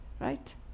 Right